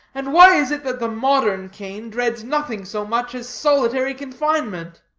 and why is it that the modern cain dreads nothing so much as solitary confinement?